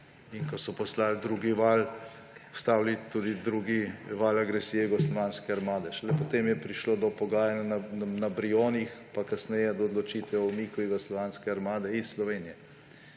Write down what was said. in ko so poslali drugi val, ustavili tudi drugi val agresije Jugoslovanske armade. Šele potem je prišlo do pogajanj na Brionih, pa kasneje do odločitve o umiku Jugoslovanske armade iz Slovenije.